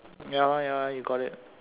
ya lah ya lah you got it